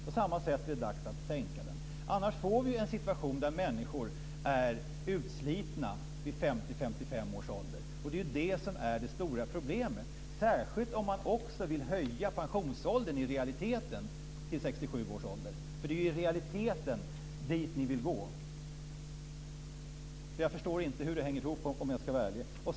På samma sätt är det nu dags att sänka den, för annars får vi en situation där människor är utslitna vid 50-55 års ålder. Det är ju det som är det stora problemet, särskilt om man också i realiteten vill höja pensionsåldern till 67 års ålder. I realiteten är det ju dit ni vill gå. Ärligt talat förstår jag inte hur detta hänger ihop.